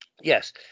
yes